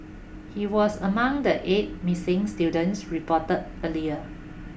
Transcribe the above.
he was among the eight missing students reported earlier